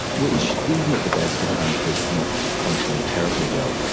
which even at the best of times was not functioning terribly well.